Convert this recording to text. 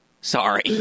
Sorry